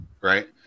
right